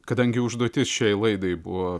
kadangi užduotis šiai laidai buvo